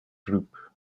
group